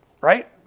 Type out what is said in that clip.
right